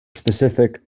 specific